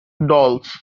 dolls